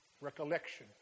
recollection